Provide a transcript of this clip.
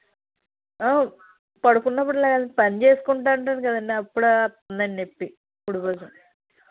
పడుకున్నప్పుడు లేదండి పని చేసుకుంటు ఉంటాను కదండి అప్పుడు వస్తుంది అండి నొప్పి కుడి భుజం